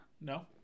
No